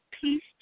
peace